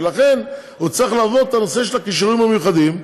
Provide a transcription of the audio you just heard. ולכן הוא צריך לעבור את הנושא של הכישורים המיוחדים,